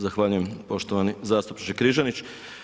Zahvaljujem poštovani zastupniče Križanić.